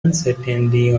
uncertainly